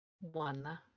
one